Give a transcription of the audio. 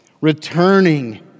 returning